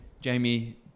Jamie